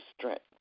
strength